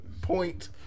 Point